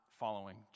following